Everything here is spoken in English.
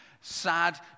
sad